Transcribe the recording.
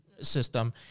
system